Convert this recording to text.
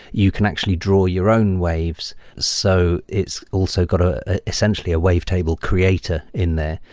you can actually draw your own waves. so it's also got ah essentially a wave table creator in there.